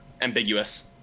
Ambiguous